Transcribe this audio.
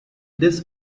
this